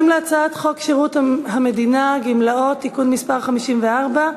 את הצעת חוק הטבות לניצולי שואה (תיקון מס' 4)